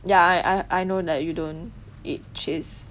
ya I I I know like you don't eat cheese